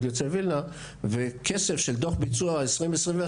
יוצאי וילנה וכסף של דו"ח ביצוע שנת 2021,